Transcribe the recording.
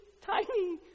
tiny